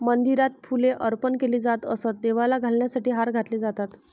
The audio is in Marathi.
मंदिरात फुले अर्पण केली जात असत, देवाला घालण्यासाठी हार घातले जातात